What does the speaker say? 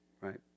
right